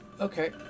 Okay